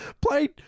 played